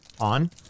On